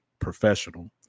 professional